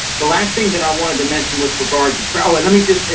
the last thing that i wanted to mention with regards to travel, and let me just,